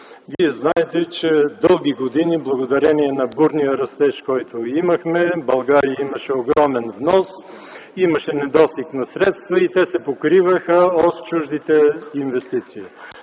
Вие знаете, че дълги години, благодарение на бурния растеж, който имахме, България имаше огромен внос, имаше недостиг на средства и те се покриваха от чуждите инвестиции.